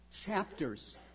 chapters